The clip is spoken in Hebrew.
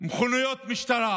מכוניות משטרה.